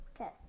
Okay